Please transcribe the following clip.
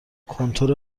کنتور